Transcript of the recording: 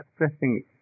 expressing